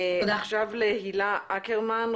עכשיו להילה אקרמן,